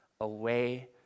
away